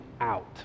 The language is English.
out